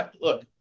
look